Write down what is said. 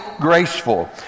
graceful